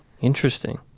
Interesting